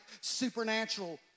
supernatural